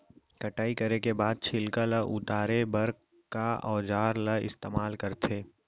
कटाई करे के बाद छिलका ल उतारे बर का औजार ल इस्तेमाल करथे?